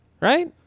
right